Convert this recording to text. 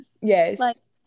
Yes